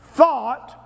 thought